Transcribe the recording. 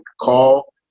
Call